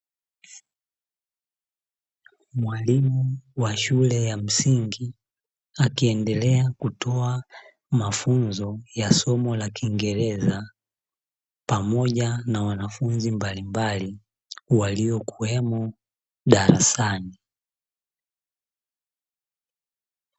Mwalimu wa shule ya msingi akiendelea kutoa mafunzo ya somo la kingereza , pamoja na wanafunzi mbalimbali walio kuwemo darasani.